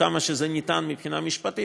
ככל שזה אפשרי מבחינה משפטית,